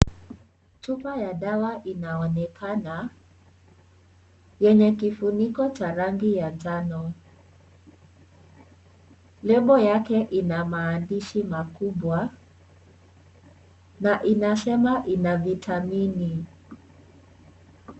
Chupa ya dawa inaonekana yenye kifuniko cha rangi ya njano. Lebo yake ina maandishi makubwa na inasema ina vitamini.